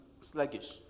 sluggish